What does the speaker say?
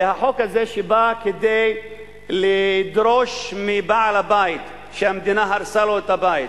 החוק הזה שבא לדרוש מבעל הבית שהמדינה הרסה לו את הבית,